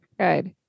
Good